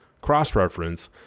cross-reference